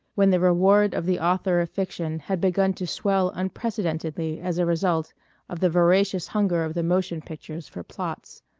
when the reward of the author of fiction had begun to swell unprecedentedly as a result of the voracious hunger of the motion pictures for plots.